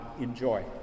enjoy